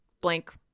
blank